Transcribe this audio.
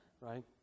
right